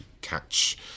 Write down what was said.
catch